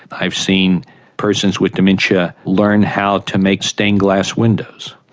i've seen persons with dementia learn how to make stained-glass windows.